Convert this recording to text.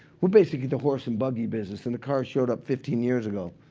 we're basically the horse and buggy business, and the car showed up fifteen years ago.